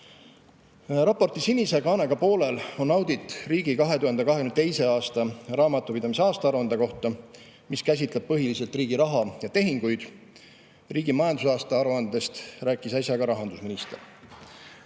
sinise kaanega poolel on audit riigi 2022. aasta raamatupidamise aastaaruande kohta, mis käsitleb põhiliselt riigi raha ja tehinguid. Riigi majandusaasta aruandest rääkis äsja rahandusminister.